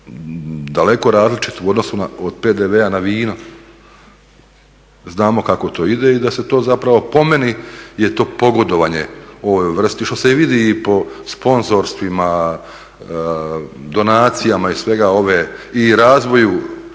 daleko različit u odnosu od PDV-a na vino. Znamo kako to ide i da se to zapravo po meni je to pogodovanje ovoj vrsti što se i vidi i po sponzorstvima, donacijama i svega ove i razvoju